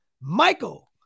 Michael